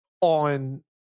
on